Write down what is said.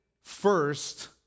first